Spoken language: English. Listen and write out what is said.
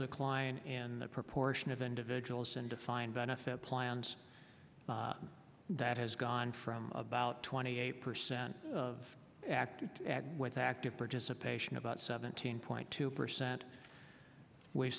decline in the proportion of individuals and defined benefit plans that has gone from about twenty eight percent of active with active participation about seventeen point two percent we've